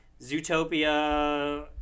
Zootopia